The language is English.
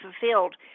fulfilled